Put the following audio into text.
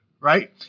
right